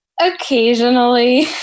Occasionally